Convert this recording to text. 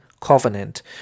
covenant